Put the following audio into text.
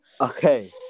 Okay